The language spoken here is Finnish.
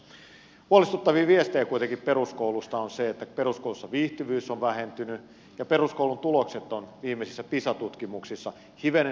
huolestuttavia viestejä kuitenkin peruskoulusta on että peruskoulussa viihtyvyys on vähentynyt ja peruskoulun tulokset ovat viimeisissä pisa tutkimuksissa hivenen heikentyneet